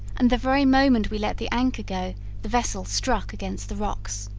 and the very moment we let the anchor go the vessel struck against the rocks.